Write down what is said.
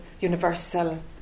universal